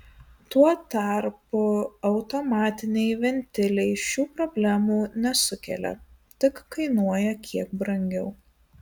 tuo tarpu automatiniai ventiliai šių problemų nesukelia tik kainuoja kiek brangiau